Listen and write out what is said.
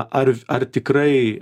ar ar tikrai